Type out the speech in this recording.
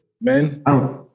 Men